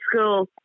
school